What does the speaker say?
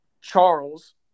Charles